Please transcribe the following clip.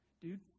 Dude